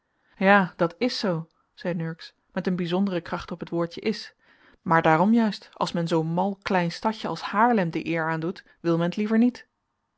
ja dat is zoo zei nurks met een bijzondere kracht op t woordje is maar daarom juist als men zoo'n mal klein stadje als haarlem de eer aan doet wil men t liever niet